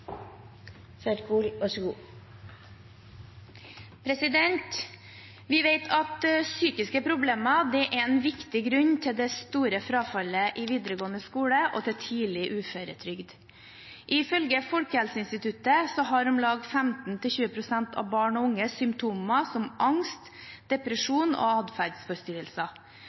en viktig grunn til det store frafallet i videregående skole og tidlig uføretrygd. Ifølge Folkehelseinstituttet har om lag 15–20 pst. av barn og unge symptomer som angst, depresjon og adferdsforstyrrelser,